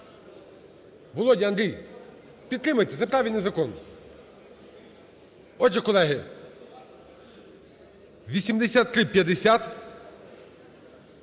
Володя, Андрій, підтримайте, це правильний закон. Отже, колеги, 8350